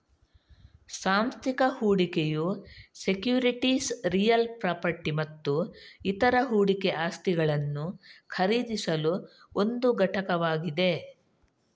ಸಾಂಸ್ಥಿಕ ಹೂಡಿಕೆಯು securities real property ಮತ್ತು ಇತರ ಹೂಡಿಕೆ ಆಸ್ತಿಗಳನ್ನು ಖರೀದಿಸಲು ಒಂದು ಘಟಕವಾಗಿದೆ